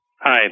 Hi